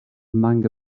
manga